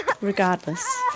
Regardless